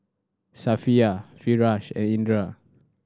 Safiya Firash and Indra